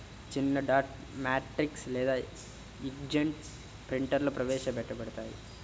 చిన్నడాట్ మ్యాట్రిక్స్ లేదా ఇంక్జెట్ ప్రింటర్లుప్రవేశపెట్టబడ్డాయి